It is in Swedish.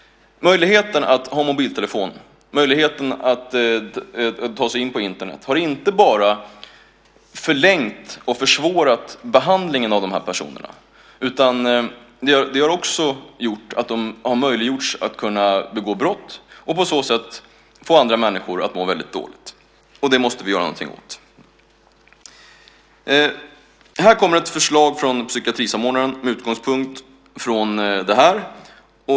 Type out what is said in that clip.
Möjligheten att använda mobiltelefon och ta sig ut på Internet har inte bara förlängt och försvårat behandlingen av dessa personer utan de har också fått tillfälle att begå brott och på så sätt gjort att andra människor har mått dåligt. Det måste vi göra något åt. Här kommer ett förslag från psykiatrisamordnaren med utgångspunkt i detta.